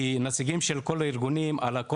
כי נציגים של כל הארגונים -- על כל